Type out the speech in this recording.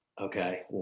Okay